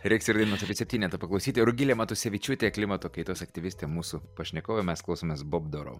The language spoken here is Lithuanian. reiks ir dainos apie septynetą paklausyti rugilė matusevičiūtė klimato kaitos aktyvistė mūsų pašnekovė mes klausomės bob dorou